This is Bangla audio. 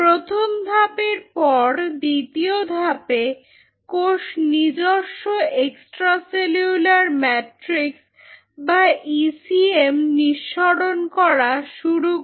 প্রথম ধাপের পর দ্বিতীয় ধাপে কোষ নিজস্ব এক্সট্রা সেলুলার ম্যাট্রিক্স বা ইসিএম নিঃসরণ করা শুরু করে